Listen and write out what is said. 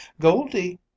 Goldie